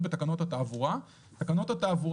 היא